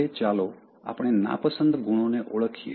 હવે ચાલો આપણે નાપસંદ ગુણોને ઓળખીએ